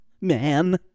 man